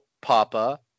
Papa